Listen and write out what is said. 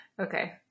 Okay